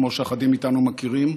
כמו שאחדים מאיתנו מכירים,